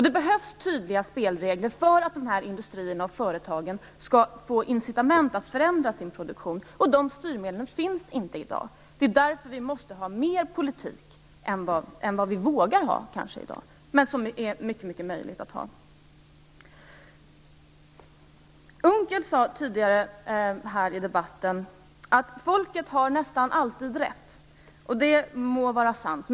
Det behövs tydliga spelregler för att de här företagen och industrierna skall få incitament att förändra sin produktion, och de styrmedlen finns inte i dag. Det är därför vi måste ha mer politik än vi i dag kanske vågar ha men som det är mycket möjligt att ha. Per Unckel sade i debatten tidigare i dag att folket nästan alltid har rätt. Det må vara sant.